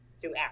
throughout